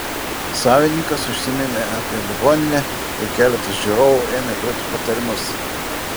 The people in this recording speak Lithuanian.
savininkas užsiminė apie ligoninę ir keletas žiūrovų ėmė duoti patarimus